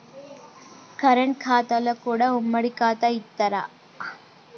Current ఖాతాలో కూడా ఉమ్మడి ఖాతా ఇత్తరా?